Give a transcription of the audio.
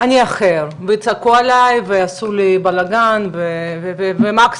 אני אאחר ויצעקו עליי ויעשו לי בלגן ומקסימום